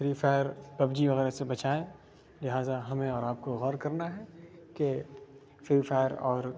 free Fire PUBG وغیرہ سے بچائیں لہذا ہمیں اور آپ کو غور کرنا ہے کہ فری فائر اور